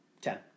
ten